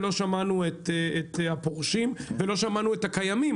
ולא שמענו את הפורשים ולא שמענו את הקיימים,